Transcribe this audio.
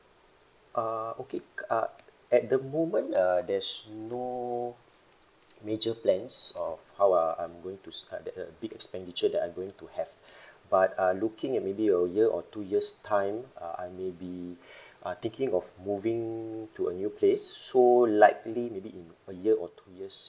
uh okay uh at the moment uh there's no major plans of how uh I'm going to start uh uh big expenditure that I'm going to have but I'm looking at maybe a year or two years time uh I maybe uh thinking of moving to a new place so likely maybe in a year or two years